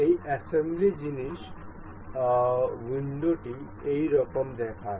এটি অ্যাসেম্বলির জিনিস উইন্ডো টি এই রকম দেখায়